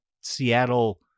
Seattle